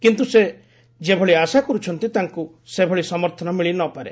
କିନ୍ତ୍ର ସେ ଯେଭଳି ଆଶା କରୁଛନ୍ତି ତାଙ୍କୁ ସେଭଳି ସମର୍ଥନ ମିଳିନପାରେ